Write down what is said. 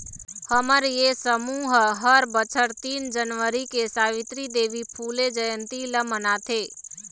हमर ये समूह ह हर बछर तीन जनवरी के सवित्री देवी फूले जंयती ल मनाथे